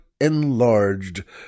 enlarged